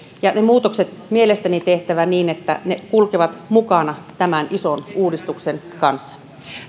ja ne muutokset on mielestäni tehtävä niin että ne kulkevat mukana tämän ison uudistuksen kanssa